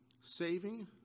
Saving